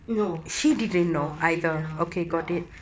no no she don't know no